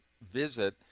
visit